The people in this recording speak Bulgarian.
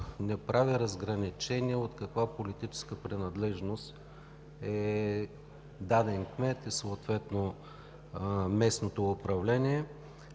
не прави разграничение от каква политическа принадлежност е даден кмет и съответно местното управление.